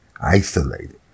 isolated